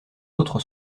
autres